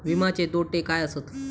विमाचे तोटे काय आसत?